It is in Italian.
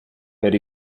per